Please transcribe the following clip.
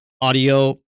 audio